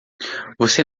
você